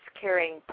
carrying